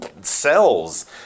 cells